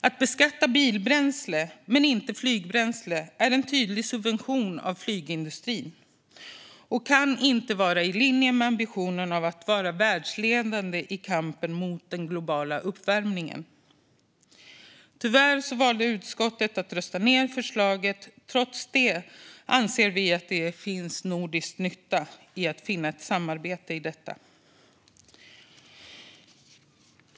Att beskatta bilbränsle men inte flygbränsle innebär en tydlig subvention av flygindustrin och kan inte vara i linje med ambitionen att man ska vara världsledande i kampen mot den globala uppvärmningen. Tyvärr valde utskottet att rösta ned förslaget. Trots det anser vi att det finns nordisk nytta i att finna ett samarbete i fråga om detta.